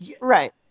Right